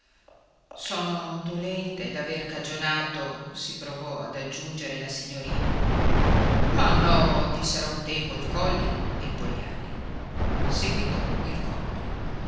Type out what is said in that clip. sono dolente d'aver cagionato si provò ad aggiungere la signorina ma no dissero a un tempo il colli e il pogliani seguitò il colli